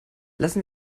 lassen